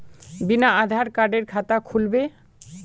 बिना आधार कार्डेर खाता खुल बे?